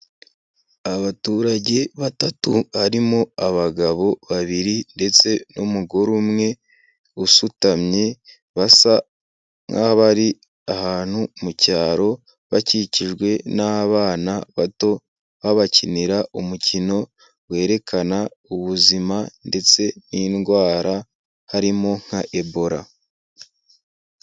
Abaturage batatu barimo abagabo babiri ndetse n'umugore umwe usutamye, basa nk'abari ahantu mu cyaro, bakikijwe n'abana bato babakinira umukino werekana ubuzima ndetse n'indwara harimo nka Ebora.